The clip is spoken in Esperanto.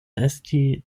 esti